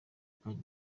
kandi